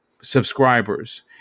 subscribers